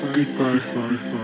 Goodbye